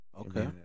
Okay